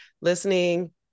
listening